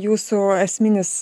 jūsų esminis